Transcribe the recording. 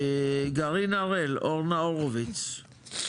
גרעין הראל, אורנה הורוביץ.